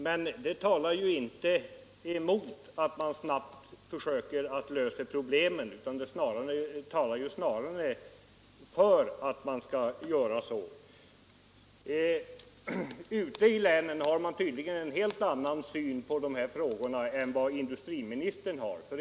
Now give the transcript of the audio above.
Men det talar inte emot att man snabbt försöker lösa problemet — det talar snarare för det. Ute i länen har man en helt annan syn på dessa frågor än vad industriministern har.